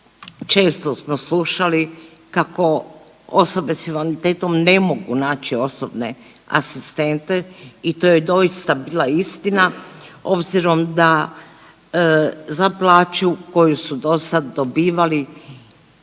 često smo slušali kako osobe s invaliditetom ne mogu naći osobne asistente i to je doista bila istina obzirom da za plaću koju su dosad dobivali